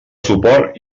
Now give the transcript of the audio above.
suport